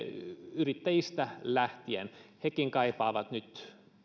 yrittäjistä lähtien hekin kaipaavat nyt